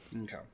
Okay